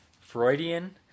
Freudian